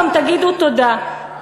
גם תגידו תודה,